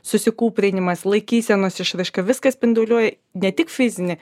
susikūprinimas laikysenos išraiška viskas spinduliuoja ne tik fizinį